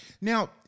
Now